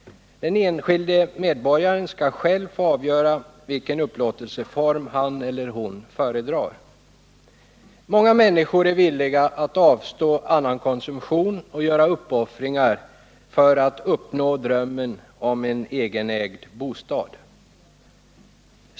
Den enskilda medborgaren skall själv få avgöra vilken upplåtelseform han eller hon föredrar. Många människor är villiga att avstå annan konsumtion och göra uppoffringar för att uppnå drömmen om en egenägd bostad.